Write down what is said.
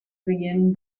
begin